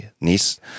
Nice